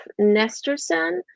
nesterson